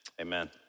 Amen